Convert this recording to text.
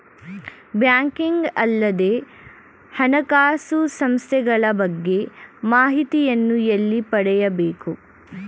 Banking ಅಲ್ಲದ ಹಣಕಾಸು ಸಂಸ್ಥೆಗಳ ಬಗ್ಗೆ ಮಾಹಿತಿಯನ್ನು ಎಲ್ಲಿ ಪಡೆಯಬೇಕು?